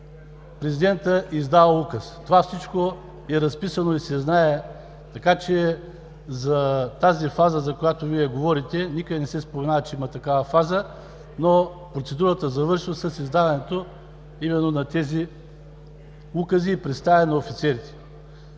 президентът издава указ. Всичко това е разписано и се знае, така че за тази фаза, за която Вие говорите, никъде не се споменава, че има такава, но процедурата завършва с издаването именно на тези укази и представяне на офицерите.